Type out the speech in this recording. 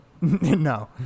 no